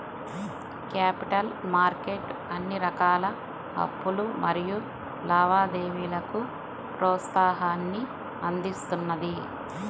capital market అన్ని రకాల అప్పులు మరియు లావాదేవీలకు ప్రోత్సాహాన్ని అందిస్తున్నది